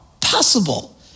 possible